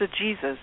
Jesus